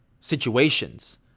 situations